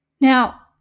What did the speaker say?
Now